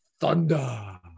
Thunder